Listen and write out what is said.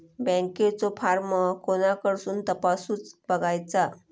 बँकेचो फार्म कोणाकडसून तपासूच बगायचा?